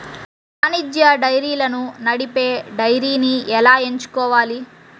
వాణిజ్య డైరీలను నడిపే డైరీని ఎలా ఎంచుకోవాలి?